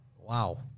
wow